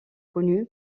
connu